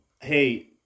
hey